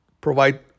provide